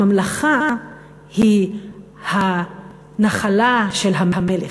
הממלכה היא הנחלה של המלך,